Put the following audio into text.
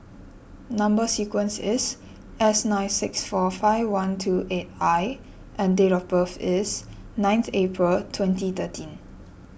Number Sequence is S nine six four five one two eight I and date of birth is ninth April twenty thirteen